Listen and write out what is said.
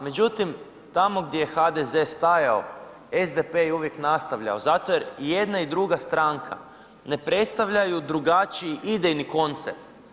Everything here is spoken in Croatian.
Međutim, tamo gdje je HDZ stajao SDP je uvijek nastavljao zato jer i jedna i druga stranka ne predstavljaju drugačiji idejni koncept.